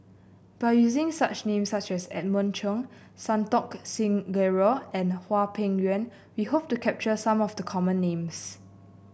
by using such name such as Edmund Cheng Santokh Singh Grewal and Hwang Peng Yuan we hope to capture some of the common names